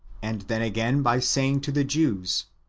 and then again by saying to the jews,